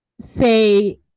say